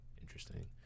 interesting